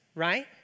right